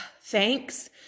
thanks